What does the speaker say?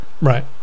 Right